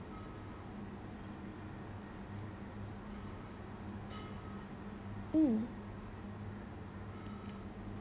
mm